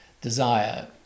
desire